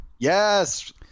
Yes